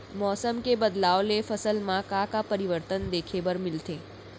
मौसम के बदलाव ले फसल मा का का परिवर्तन देखे बर मिलथे?